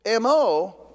MO